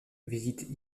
visite